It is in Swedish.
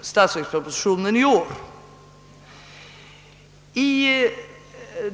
statsverksproposition.